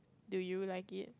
do you like it